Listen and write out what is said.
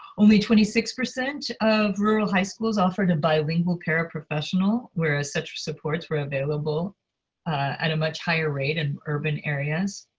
only twenty six percent of rural high schools offered a bilingual paraprofessional, whereas such supports were available at a much higher rate in urban areas.